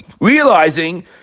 Realizing